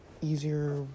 easier